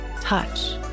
touch